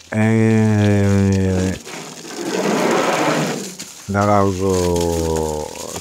Narausu